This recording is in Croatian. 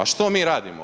A što mi radimo?